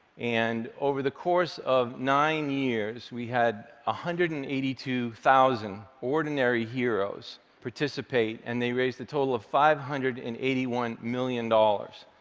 and over the course of nine years, we had one ah hundred and eighty two thousand ordinary heroes participate, and they raised a total of five hundred and eighty one million dollars.